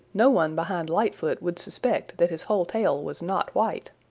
no one behind lightfoot would suspect that his whole tail was not white.